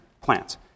plants